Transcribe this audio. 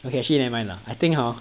okay actually never mind lah I think hor